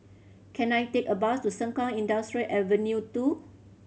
can I take a bus to Sengkang Industrial Avenue Two